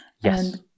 Yes